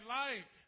life